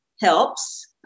helps